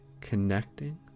connecting